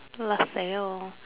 Laselle